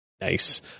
Nice